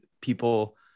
people